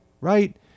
Right